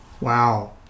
Wow